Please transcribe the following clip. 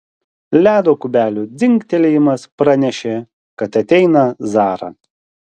ledo kubelių dzingtelėjimas pranešė kad ateina zara